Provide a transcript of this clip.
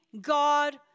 God